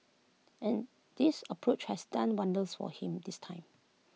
and this approach has done wonders for him this time